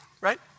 right